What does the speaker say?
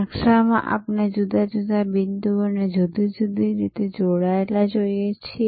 નકશામાં આપણે જુદા જુદા બિંદુઓને જુદી જુદી રીતે જોડાયેલા જોઈએ છીએ